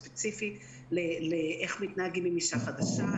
ספציפי איך מתנהגים עם אישה חדשה,